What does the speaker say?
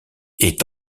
est